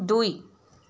দুই